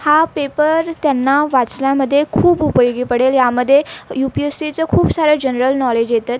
हा पेपर त्यांना वाचल्यामध्ये खूप उपयोगी पडेल यामध्ये यू पी एस सीचं खूप सारं जनरल नॉलेज येतं